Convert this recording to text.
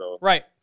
Right